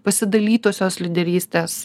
pasidalytosios lyderystės